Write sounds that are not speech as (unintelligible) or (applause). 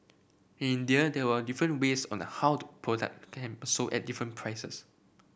in India there were different ways on the how (unintelligible) product (unintelligible) sold at different prices